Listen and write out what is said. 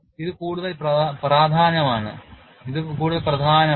ഇത് കൂടുതൽ പ്രധാനമാണ്